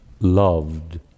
loved